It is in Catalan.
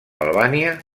albània